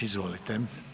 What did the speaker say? Izvolite.